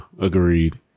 agreed